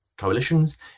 coalitions